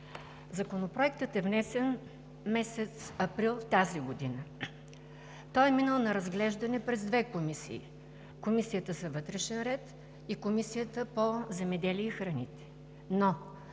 Законопроектът е внесен месец април, тази година. Той е минал на разглеждане през две комисии – Комисията за вътрешна сигурност и обществен ред и Комисията по земеделието и храните.